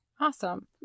Awesome